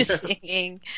singing